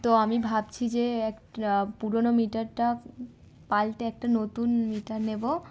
তো আমি ভাবছি যে একটা পুরোনো মিটারটা পাল্টে একটা নতুন মিটার নেবো